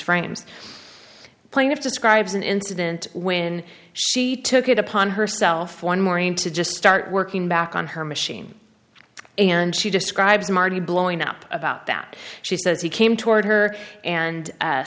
friends playing if describes an incident when she took it upon herself one morning to just start working back on her machine and she describes marty blowing up about that she says he came toward her and